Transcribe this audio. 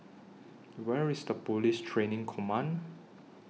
Where IS The Police Training Command